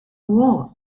war